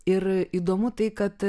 ir įdomu tai kad